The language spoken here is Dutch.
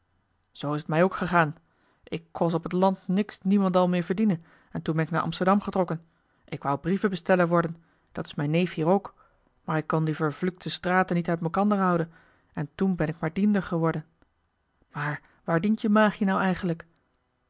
zoo is het mij ook gegaan ik kos op het land niks niemendal meer verdienen en toen ben ik naar amsterdam getrokken ik wou brievenbesteller worden dat is mijn neef hier ook maar ik kon die vervluukte straten niet uit malkander houden en toe ben ik maar diender geworden maar waar dient je maagien now eigenlijk